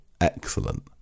excellent